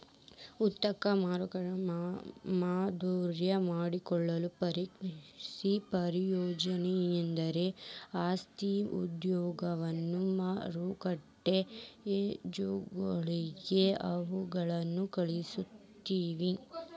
ಉತ್ಪನ್ನಗಳನ್ನ ಆಮದು ಮಾಡಿಕೊಳ್ಳೊ ಪ್ರಮುಖ ಪ್ರಯೋಜನ ಎನಂದ್ರ ಆಸಕ್ತಿಯ ಉದ್ಯಮದಾಗ ಮಾರುಕಟ್ಟಿ ಎಜಮಾನಾಗೊ ಅವಕಾಶ ಕಲ್ಪಿಸ್ತೆತಿ